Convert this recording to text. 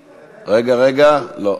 רגע, רגע, לא.